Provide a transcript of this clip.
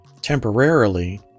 temporarily